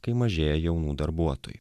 kai mažėja jaunų darbuotojų